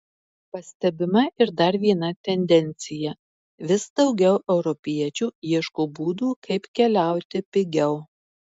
pastebima ir dar viena tendencija vis daugiau europiečių ieško būdų kaip keliauti pigiau